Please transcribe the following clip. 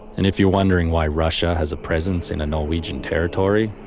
and if you're wondering why russia has a presence in a norwegian territory,